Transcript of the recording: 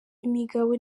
imigabo